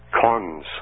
cons